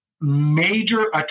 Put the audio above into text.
major